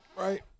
Right